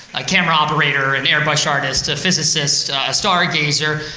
a camera operator, an airbrush artist, a physicist, a stargazer,